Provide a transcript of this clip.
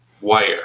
wire